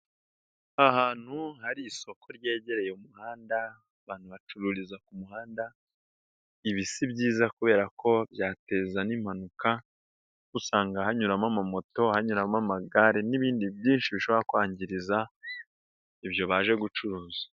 Ahantu hari isoko ryegereye umuhanda abantu bacururiza ku muhanda, ibi si byiza kubera ko byateza n'impanuka usanga hanyuramo ama moto, hanyuramo amagare n'ibindi byinshi bishobora kwangiza ibyo baje gucuruza.